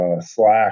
Slack